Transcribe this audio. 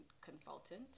consultant